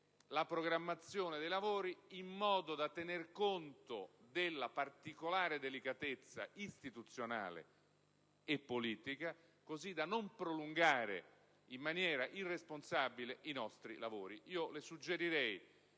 la programmazione dei lavori in modo da tener conto della particolare delicatezza istituzionale e politica, così da non prolungare in maniera irresponsabile i nostri lavori. Le suggerirei